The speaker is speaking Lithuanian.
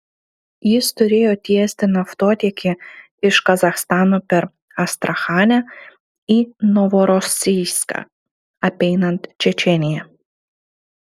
jis turėjo tiesti naftotiekį iš kazachstano per astrachanę į novorosijską apeinant čečėniją